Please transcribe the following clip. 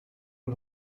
een